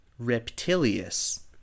reptilius